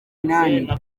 inani